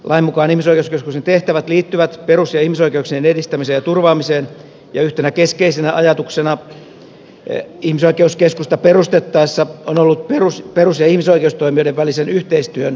lain mukaan ihmisoi keuskeskuksen tehtävät liittyvät perus ja ihmisoikeuksien edistämiseen ja turvaamiseen ja yhtenä keskeisenä ajatuksena ihmisoikeuskeskusta perustettaessa on ollut perus ja ihmisoikeustoimijoiden välisen yhteistyön tiivistäminen